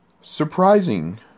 surprising